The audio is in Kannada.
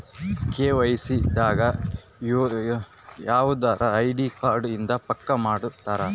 ಕೆ.ವೈ.ಸಿ ದಾಗ ಯವ್ದರ ಐಡಿ ಕಾರ್ಡ್ ಇಂದ ಪಕ್ಕ ಮಾಡ್ಕೊತರ